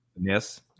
yes